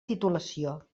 titulació